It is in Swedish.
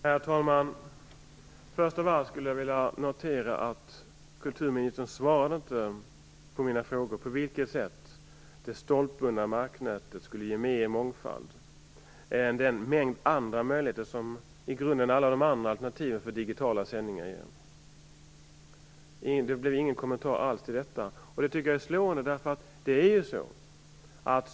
Herr talman! Jag noterar att kulturministern inte svarade på mina frågor om hur det stolpbundna marknätet skulle ge större mångfald än den mängd möjligheter som alla de andra alternativen för digitala sändningar ger. Det blev ingen kommentar alls till detta. Jag tycker att det är slående.